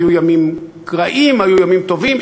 היו ימים רעים, היו ימים טובים.